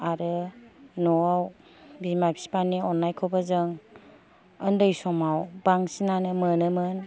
आरो न' आव बिमा बिफानि अननायखौबो जों उन्दै समाव बांसिनानो मोनोमोन